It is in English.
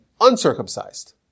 uncircumcised